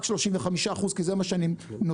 רק 35% כי זה מה שאני נותן.